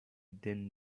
din